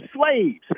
slaves